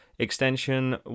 Extension